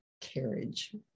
carriage